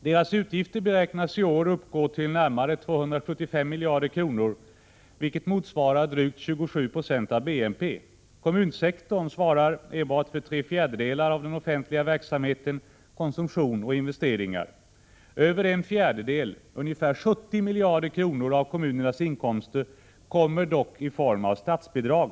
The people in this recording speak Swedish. Deras utgifter beräknas i år uppgå till närmare 275 miljarder kronor, vilket motsvarar drygt 27 20 av BNP. Enbart kommunsektorn svarar för tre fjärdedelar av den offentliga verksamheten, konsumtion och investeringar. Över en fjärdedel, ungefär 70 miljarder kronor, av kommunernas inkomster kommer dock i form av statsbidrag.